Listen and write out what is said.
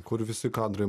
kur visi kadrai